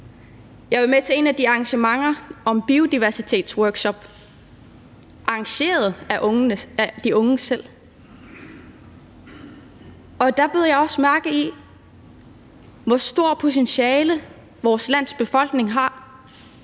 har været med til et af de arrangementer med en biodiversitetsworkshop arrangeret af de unge selv, og der bed jeg også mærke i, hvor stort et potentiale vores lands befolkning har.